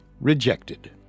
rejected